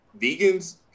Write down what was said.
Vegans